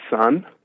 son